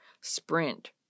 Sprint